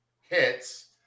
hits